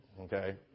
Okay